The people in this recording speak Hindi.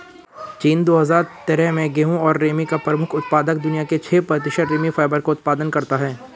चीन, दो हजार तेरह में गेहूं और रेमी का प्रमुख उत्पादक, दुनिया के छह प्रतिशत रेमी फाइबर का उत्पादन करता है